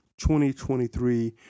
2023